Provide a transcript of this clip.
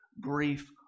grief